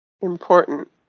Important